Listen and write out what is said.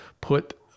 put